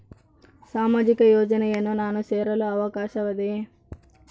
ಸಾಮಾಜಿಕ ಯೋಜನೆಯನ್ನು ನಾನು ಸೇರಲು ಅವಕಾಶವಿದೆಯಾ?